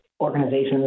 Organizations